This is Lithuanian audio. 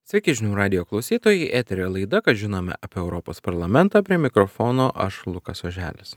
sveiki žinių radijo klausytojai eterio laida ką žinome apie europos parlamentą prie mikrofono aš lukas oželis